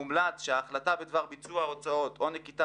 מומלץ כי החלטה בדבר ביצוע הוצאות או נקיטה